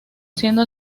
siendo